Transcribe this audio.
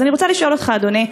אני רוצה לשאול אותך, אדוני: